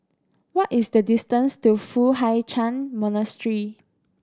what is the distance to Foo Hai Ch'an Monastery